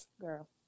girl